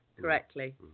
correctly